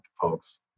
folks